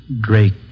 Drake